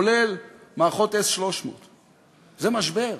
כולל מערכות S-300. זה משבר.